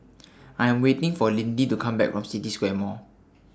I Am waiting For Lindy to Come Back from City Square Mall